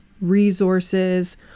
resources